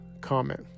comment